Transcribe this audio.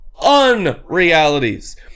unrealities